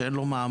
שאין לו מעמד,